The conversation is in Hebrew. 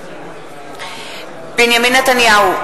בהצבעה בנימין נתניהו,